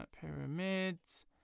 pyramids